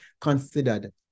considered